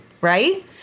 Right